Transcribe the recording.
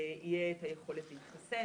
שיהיה את היכולת להתחסן.